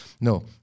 No